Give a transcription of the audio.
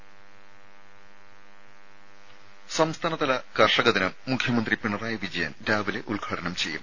രുമ സംസ്ഥാനതല കർഷക ദിനം മുഖ്യമന്ത്രി പിണറായി വിജയൻ രാവിലെ ഉദ്ഘാടനം ചെയ്യും